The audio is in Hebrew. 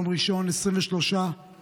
ביום ראשון 23 ביולי